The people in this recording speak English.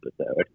episode